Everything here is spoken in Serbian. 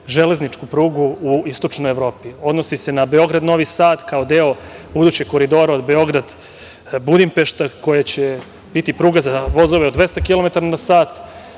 železničku prugu u istočnoj Evropi. Odnosi se na Beograd - Novi Sad, kao deo buduće koridora Beograd-Budimpešta koja će biti pruga za vozove od 200 kilometara